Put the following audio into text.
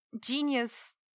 Genius